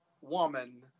woman